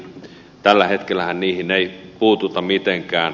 tällä hetkellähän niihin ei puututa mitenkään